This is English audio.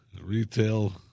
retail